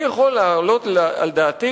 אני יכול להעלות על דעתי,